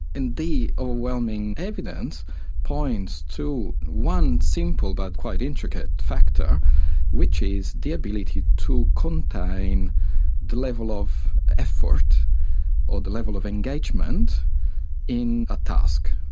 the overwhelming evidence points to one simple but quite intricate factor which is the ability to contain the level of effort or the level of engagement in a task.